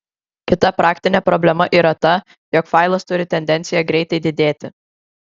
kita praktinė problema yra ta jog failas turi tendenciją greitai didėti